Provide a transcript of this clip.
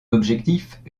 objectif